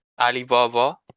alibaba